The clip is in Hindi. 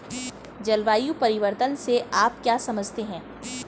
जलवायु परिवर्तन से आप क्या समझते हैं?